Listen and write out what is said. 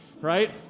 right